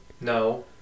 No